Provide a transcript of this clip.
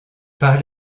par